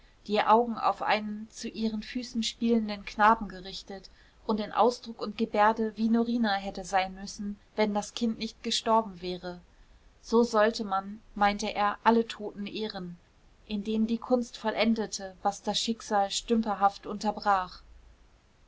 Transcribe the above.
die augen auf einen zu ihren füßen spielenden knaben gerichtet und in ausdruck und gebärde wie norina hätte sein müssen wenn das kind nicht gestorben wäre so sollte man meinte er alle toten ehren indem die kunst vollendete was das schicksal stümperhaft unterbrach